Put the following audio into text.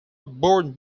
board